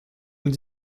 nous